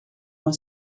uma